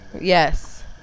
Yes